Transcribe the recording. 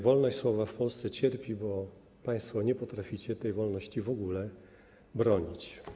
Wolność słowa w Polsce cierpi, bo państwo nie potraficie tej wolności w ogóle bronić.